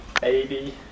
Baby